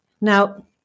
Now